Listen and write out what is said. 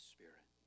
Spirit